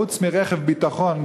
חוץ מרכב ביטחון,